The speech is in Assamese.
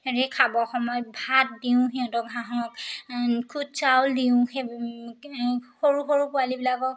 সিহঁতি খাব সময়ত ভাত দিওঁ সিহঁতক হাঁহক খুদ চাউল দিওঁ সেই সৰু সৰু পোৱালিবিলাকক